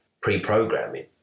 pre-programming